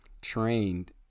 trained